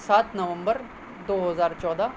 سات نومبر دو ہزار چودہ